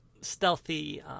stealthy